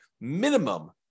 minimum